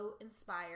inspired